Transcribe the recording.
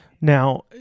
Now